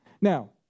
Now